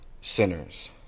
sinners